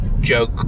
joke